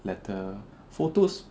letter photos